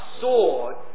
sword